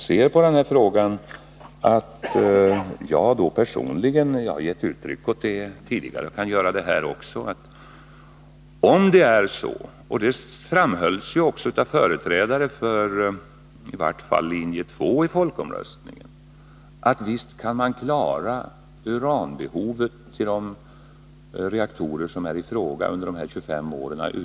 Personligen har jag gett uttryck åt tidigare, och jag kan göra det här också, att visst kan man — det framhölls även av företrädare för i varje fall linje 2 inför folkomröstningen — klara uranbehovet utan import till de reaktorer som är i fråga under de här 25 åren.